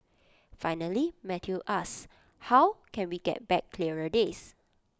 finally Matthew asks how can we get back clearer days